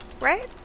right